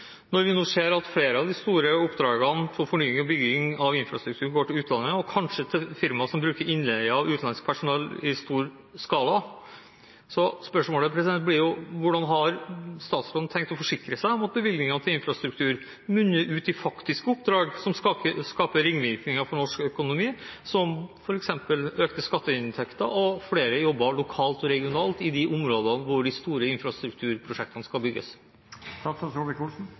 Når vi nå ser at flere av de store oppdragene innen fornying og bygging av infrastruktur går til utlandet, og kanskje til firmaer som bruker innleie av utenlandsk personell i stor skala, blir spørsmålet: Hvordan har statsråden tenkt å forsikre seg om at bevilgningene til infrastruktur munner ut i faktiske oppdrag som vil skape ringvirkninger for norsk økonomi, som f.eks. økte skatteinntekter og flere jobber lokalt og regionalt i de områdene hvor de store infrastrukturprosjektene skal